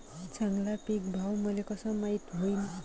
चांगला पीक भाव मले कसा माइत होईन?